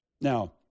Now